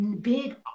big